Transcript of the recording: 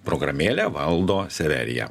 programėlę valdo severija